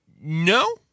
No